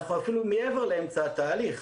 אנחנו אפילו מעבר לאמצע התהליך.